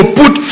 put